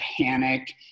panic